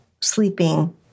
sleeping